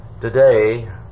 Today